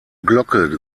glocke